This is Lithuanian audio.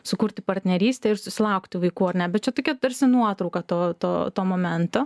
sukurti partnerystę ir susilaukti vaikų ar ne bet čia tokia tarsi nuotrauka to to to momento